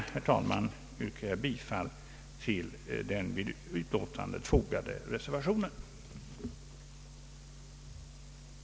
Med detta yrkar jag bifall till den vid utlåtandet fogade reservationen 1.